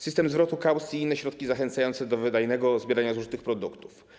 System zwrotu kaucji i inne środki zachęcające do wydajnego zbierania zużytych produktów.